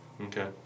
Okay